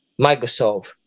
Microsoft